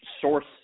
source